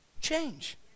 change